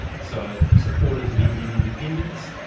so supporters of indian independence,